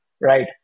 Right